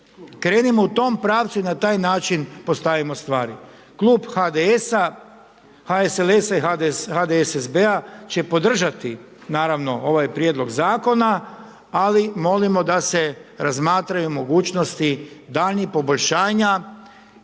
Krenimo u tom pravcu i na taj način postavimo stvari. Klub HDS-a, HSLS-a i HDSSB-a će podržati naravno ovaj prijedlog zakona, ali molimo da se razmatraju mogućnosti daljnjih poboljšanja